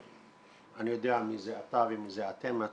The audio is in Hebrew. אני יודע מי זה אתה ומי זה אתם,